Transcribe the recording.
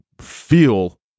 feel